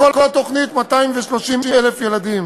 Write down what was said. בכל התוכנית ל-230,000 ילדים.